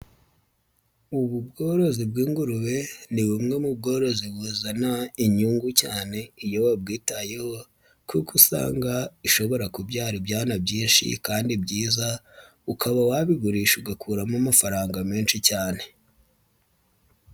Ubu bworozi bw'ingurube ni bumwe mu bworozi buzana inyungu cyane iyo ba bwitayeho kuko usanga ishobora kubyara ibyana byinshi kandi byiza ukaba wabigurisha ugakuramo amafaranga menshi cyane.